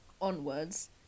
onwards